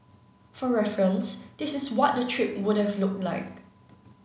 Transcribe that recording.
for reference this is what the trip would have looked like